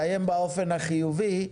נסיים באופן חיובי.